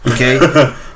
Okay